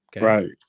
right